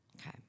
Okay